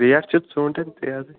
rate چھِ ژوٗنٹھٮ۪ن تیزٕے